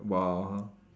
!wah!